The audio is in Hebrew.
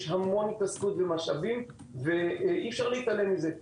יש המון התעסקות עם משאבים ואי אפשר להתעלם מזה.